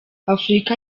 afurika